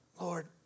Lord